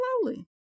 slowly